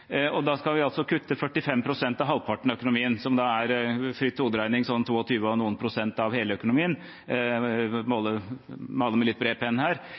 og da skal vi kutte 45 pst. av halvparten av økonomien, som etter fri hoderegning er 22 og noen prosent av hele økonomien – jeg maler med litt bred pensel her.